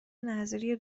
نذریه